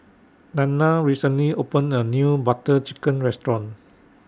Nanna recently opened A New Butter Chicken Restaurant